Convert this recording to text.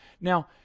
Now